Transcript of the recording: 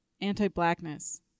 anti-blackness